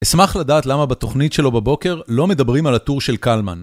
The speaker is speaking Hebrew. אשמח לדעת למה בתוכנית שלו בבוקר לא מדברים על הטור של קלמן.